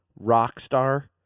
Rockstar